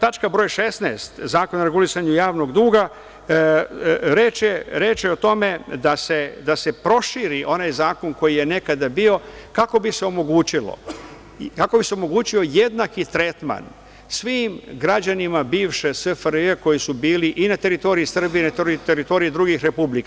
Tačka broj 16, Zakona o regulisanju javnog duga, reč je o tome da se proširi onaj zakon koji je nekada bio kako bi se omogućio jednaki tretman svim građanima bivše SFRJ koji su bili i na teritoriji Srbije i na teritoriji drugih republika.